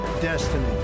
destiny